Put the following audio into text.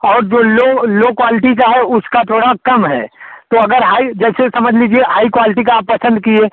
और जो low low quality का है उसका थोड़ा कम है तो अगर हाई जैसे समझ लीजिए हाई क्वालटी का आप पसंद किए